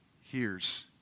hears